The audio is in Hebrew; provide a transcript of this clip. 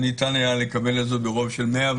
ניתן היה לקבל את זה ברוב של 110,